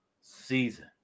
season